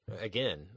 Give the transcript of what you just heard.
again